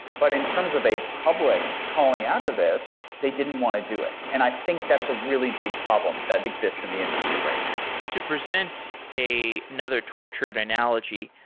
but in terms of a public calling out of this, they didn't want to do it. and i think that's a really big problem that exists in the industry right now. to present a another tortured analogy,